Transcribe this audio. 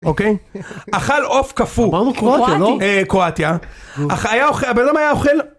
אוקיי? -אכל עוף קפוא. -אמרנו קרואטיה, לא? -קרואטי. -קרואטיה. אך היה אוכל, הבן אדם היה אוכל